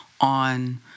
on